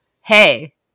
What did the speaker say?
hey